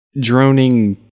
droning